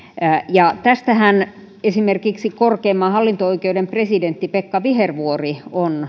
esimerkiksi korkeimman hallinto oikeuden presidentti pekka vihervuori on arvostellut